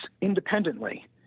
independently